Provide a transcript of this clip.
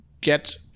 get